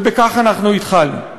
ובכך אנחנו התחלנו.